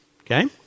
Okay